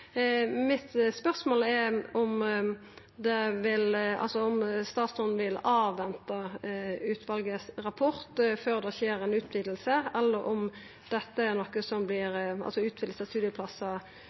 Mitt spørsmål er om statsråden vil venta på rapporten til utvalet før det skjer ei utviding, eller om